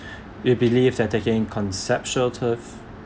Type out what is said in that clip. we believe that they gain conceptual turf